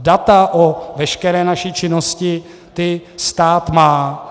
Data o veškeré naší činnosti, ta stát má.